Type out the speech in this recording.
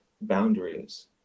boundaries